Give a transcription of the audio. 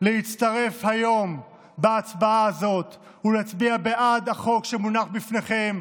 להצטרף היום בהצבעה הזאת ולהצביע בעד החוק שמונח בפניכם,